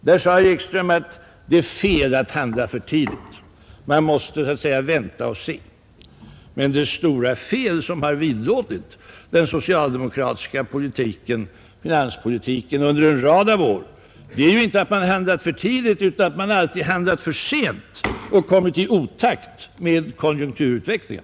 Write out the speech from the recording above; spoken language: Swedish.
Herr Ekström sade att det vore fel att handla för tidigt; man måste vänta och se. Men det stora fel som har vidlådit den socialdemokratiska finanspolitiken under en rad av år är ju inte att man har handlat för tidigt, utan att man har handlat för sent, och därigenom kommit i otakt med konjunkturutvecklingen.